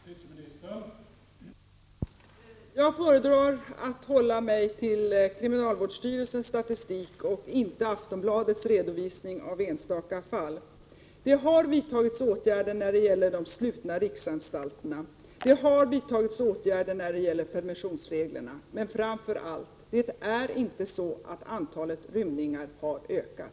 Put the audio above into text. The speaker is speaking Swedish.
Herr talman! Jag föredrar att hålla mig till kriminalvårdsstyrelsens statistik och inte till Aftonbladets redovisning av enstaka fall. Det har vidtagits åtgärder när det gäller de slutna riksanstalterna. Det har vidtagits åtgärder när det gäller permissionsreglerna. Men framför allt: Det förhåller sig inte så att antalet rymningar har ökat.